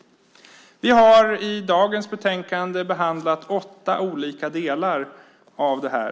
Vi har i dagens betänkande behandlat åtta olika delar.